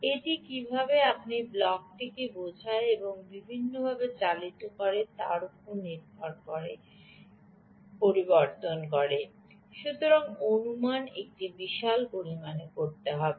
এটি কীভাবে আপনি ব্লককে বোঝায় যে এটি বিভিন্নভাবে চালিত করে তার উপর নির্ভর করে ডান পরিবর্তন করে সুতরাং অনুমান একটি বিশাল পরিমাণে হবে